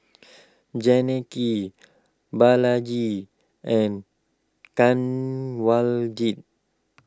Janaki Balaji and Kanwaljit